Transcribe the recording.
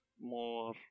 more